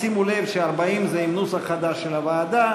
שימו לב ש-40 זה עם נוסח חדש של הוועדה.